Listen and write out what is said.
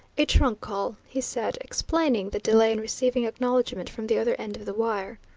a trunk call, he said, explaining the delay in receiving acknowledgment from the other end of the wire.